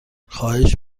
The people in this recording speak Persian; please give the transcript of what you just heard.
خواهش